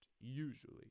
usually